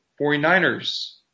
49ers